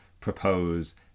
propose